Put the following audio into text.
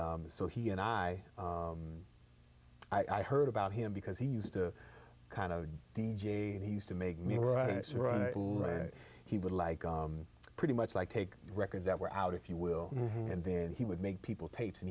so he and i i heard about him because he used to kind of d j and he used to make me he would like pretty much like take records that were out if you will and then he would make people tapes and